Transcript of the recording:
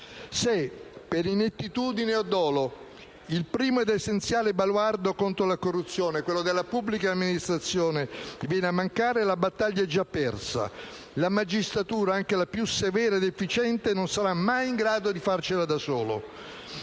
Se, per inettitudine o dolo, il primo ed essenziale baluardo contro la corruzione, quello della pubblica amministrazione, viene a mancare, la battaglia è già persa. La magistratura, anche la più severa ed efficiente, non sarà mai in grado di farcela da sola.